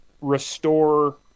restore